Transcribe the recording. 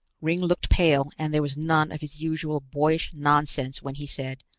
ringg looked pale and there was none of his usual boyish nonsense when he said,